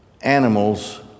animals